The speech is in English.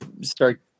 start